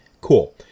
Cool